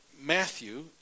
Matthew